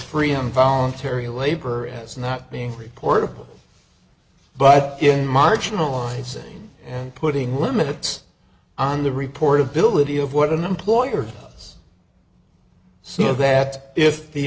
freedom voluntary labor as not being recorded but in marginalizing and putting limits on the report ability of what an employer so that if the